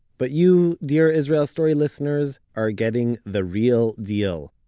but you, dear israel story listeners, are getting the real deal.